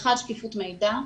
האחד, שקיפות מידע,